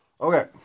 Okay